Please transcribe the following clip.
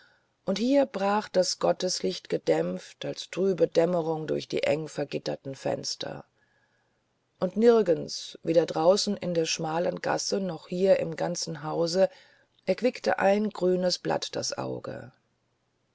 und hier brach das gotteslicht gedämpft als trübe dämmerung durch die engvergitterten fenster und nirgends weder draußen in der schmalen gasse noch hier im ganzen hause erquickte ein grünes blatt das auge